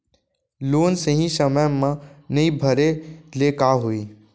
Loan सही समय मा नई भरे ले का होही?